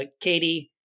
Katie